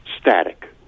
static